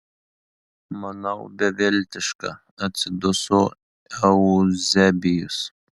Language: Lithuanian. manau beviltiška atsiduso euzebijus